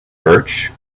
birch